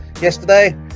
yesterday